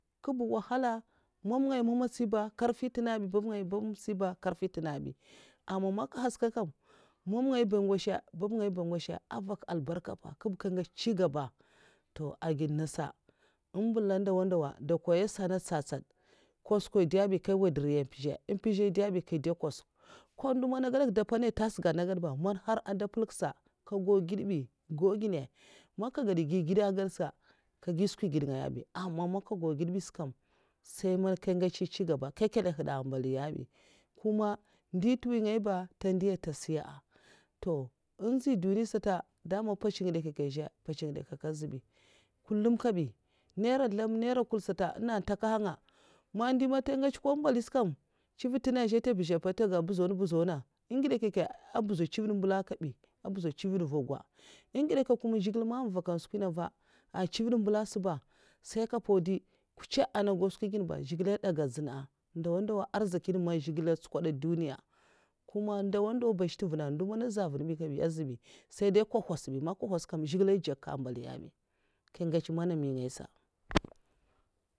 Kèba wahala mam ngaya mamatsiba nkarfi ntènga bi babngaya nkarfi ntènga bi ama man nkè nhaska kam, mam mgayan'ba ngwasa babngayan. ba ngwasa ntè nfak albarka nva nkèba nga ngwotsa ncingaba angidènasa ambula ndawa ndawa ndè nkoyi sanasa ntsad tsad nkwasika ndè bi nga ngwod nrinya ntè mpèzah; mpèzah ndè bi nkè ngwoda nriya nkwasikw nko ndo man èh ngada dè npènaè ntasana gèdak ba man nhar dè mpèlka nkè ndègau gèd gaw nginnè man nkè ngièd èhdi gigèyd agadsa nkè gi skwi ngèd ngaya bi aman nkè ngau ngèd bi sa kam siè man ngè ngtsè nchingaba nkè nkèlla nhèd nbaliya'n bi ndè ntèwi ngaya ba ntè ndèya ntè siya toh nzhèy nduniya sata mpèts ngidèkykya nzèh mpètsngidè'nkyakay'nbi kullum kabi naira nlèzl mniara nkwula ngantèkahya ndo ncho nkwoba mbalisnkam ncivèd ntè nga nzè ntè mbuzho mpa, ntè ga mbuzho na mbuzho na ngidè nkyèkya an mbuzho ncivd mbulanganbi mbuzho ncivèd mvugwa ngidè nkyèkya man zhigilè na mvakan skwina nva èhn ncivèd mbèlasaba sèi nkè mpow dèi mkucha nagau skwi nginè ba adaganjina ndowa ndowa narzikin man zhigilè ntsukwoda a duniya kuma ndowa ndowa ba nszèh ntèvunna ndo man zhè mvun bi kabi sata azuybi sai dèi man nkwo nhwasbi man nkè nhwaskam nkè nziya mbalin'bi nkè ngèts mana miyngaiisa